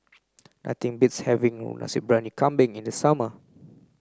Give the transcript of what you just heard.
nothing beats having Nasi Briyani Kambing in the summer